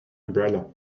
umbrella